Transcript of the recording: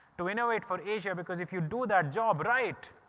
to innovate for asia, because if you do that job, right,